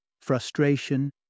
frustration